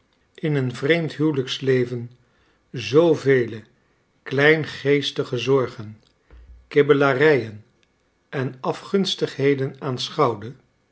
in een vreemd huwelijksleven zoovele kleingeestige zorgen kibbelarijen en afgunstigheden